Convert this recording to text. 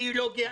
ביולוגיה,